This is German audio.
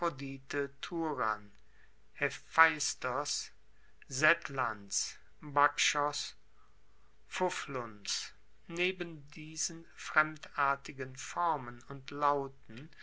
neben diesen fremdartigen formen und lauten